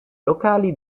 locali